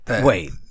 wait